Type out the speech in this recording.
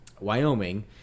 Wyoming